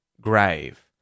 grave